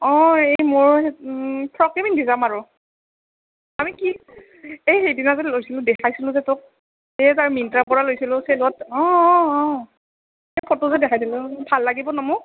অ' এই মোৰ ফ্ৰকে পিন্ধি যাম আৰু আমি কি এই সেইদিনা যে লৈছিলো দেখাইছিলোঁ যে তোক এই যে মিনট্ৰা পৰা লৈছিলোঁ ছেলত অ' অ' অ' ফটো যে দেখাইছিলোঁ ভাল লাগিব ন মোক